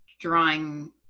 drawing